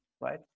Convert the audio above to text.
right